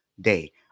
day